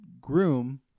groom